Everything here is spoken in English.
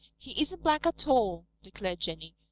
he isn't black at all, declared jenny.